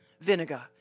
vinegar